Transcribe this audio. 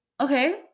okay